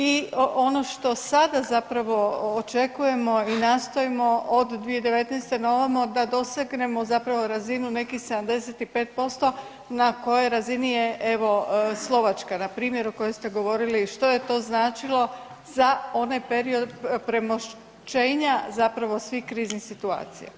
I ono što sada zapravo očekujemo i nastojimo od 2019. na ovamo da dosegnemo razinu nekih 75% na kojoj razini je evo Slovačka npr. o kojoj ste govorili što je to značilo za onaj period premošćenja svih kriznih situacija.